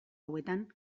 hauetan